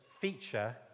feature